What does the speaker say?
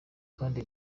kandi